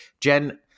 Jen